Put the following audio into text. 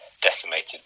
decimated